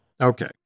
Okay